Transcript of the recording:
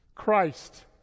Christ